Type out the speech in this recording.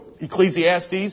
Ecclesiastes